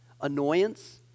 annoyance